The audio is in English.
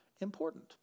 important